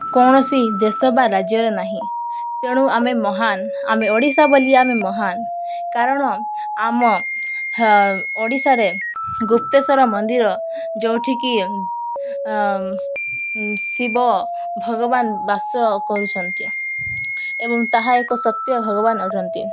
କୌଣସି ଦେଶ ବା ରାଜ୍ୟରେ ନାହିଁ ତେଣୁ ଆମେ ମହାନ ଆମେ ଓଡ଼ିଶା ବୋଲି ଆମେ ମହାନ କାରଣ ଆମ ଓଡ଼ିଶାରେ ଗୁପ୍ତେଶ୍ୱର ମନ୍ଦିର ଯେଉଁଠିକି ଶିବ ଭଗବାନ ବାସ କରୁଛନ୍ତି ଏବଂ ତାହା ଏକ ସତ୍ୟ ଭଗବାନ ଅଟନ୍ତି